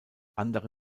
andere